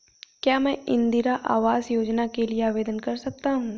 क्या मैं इंदिरा आवास योजना के लिए आवेदन कर सकता हूँ?